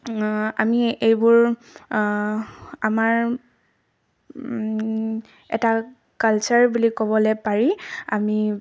আমি এইবোৰ আমাৰ এটা কালচাৰ বুলি ক'বলৈ পাৰি আমি